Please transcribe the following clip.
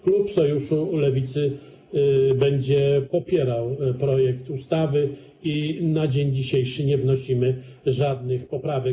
Klub Sojuszu Lewicy będzie popierał projekt ustawy i na dzień dzisiejszy nie wnosimy żadnych poprawek.